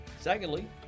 Secondly